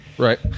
Right